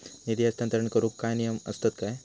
निधी हस्तांतरण करूक काय नियम असतत काय?